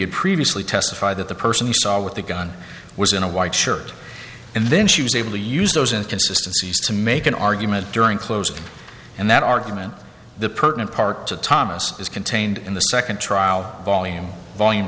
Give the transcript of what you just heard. had previously testified that the person he saw with the gun was in a white shirt and then she was able to use those and consistencies to make an argument during closing and that argument the pertinent part to thomas is contained in the second trial volume volume